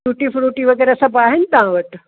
टूटी frutti वग़ैरह सभु आहिनि तव्हां वटि